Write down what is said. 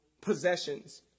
possessions